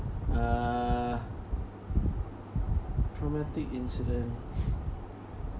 uh traumatic incident